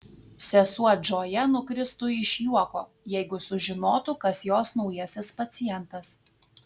sesuo džoja nukristų iš juoko jeigu sužinotų kas jos naujasis pacientas